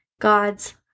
God's